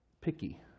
picky